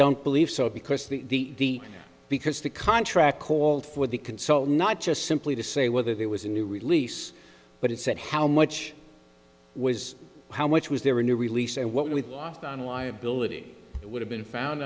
don't believe so because the because the contract called for the consult not just simply to say whether there was a new release but it said how much was how much was there a new release and what we watched on liability it would have been found